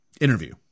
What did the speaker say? interview